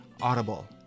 Audible